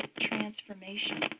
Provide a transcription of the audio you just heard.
transformation